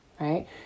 right